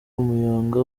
umuyonga